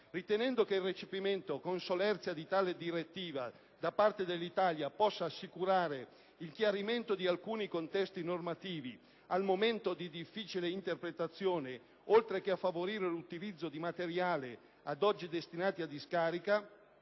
Ritenendo che il solerte recepimento di tale direttiva da parte dell'Italia possa assicurare il chiarimento di alcuni contesti normativi, al momento di difficile interpretazione, oltre che favorire l'utilizzo di materiali ad oggi destinati a discarica,